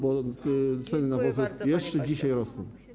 Bo ceny nawozów jeszcze dzisiaj rosną.